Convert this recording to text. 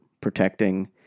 protecting